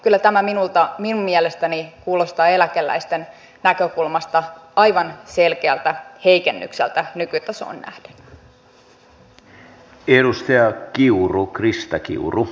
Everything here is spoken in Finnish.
kyllä tämä minun mielestäni kuulostaa eläkeläisten näkökulmasta aivan selkeältä heikennykseltä nykytasoon nähden